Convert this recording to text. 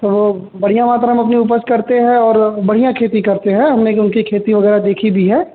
तो वे बढ़िया मात्रा में अपनी उपज करते है और बढ़िया खेती करते हैं हमने उनकी खेती वगैरह देखी भी है